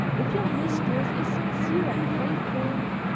if your mistress is sincere and faithful,